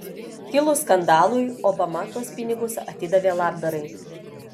kilus skandalui obama tuos pinigus atidavė labdarai